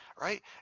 right